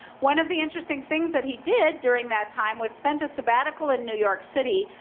one of the interesting things that he did during that time was spent a sabbatical in new york city.